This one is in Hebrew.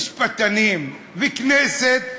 משפטנים והכנסת,